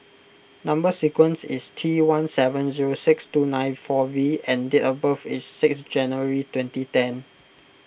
Number Sequence is T one seven zero six two nine four V and date of birth is six January twenty ten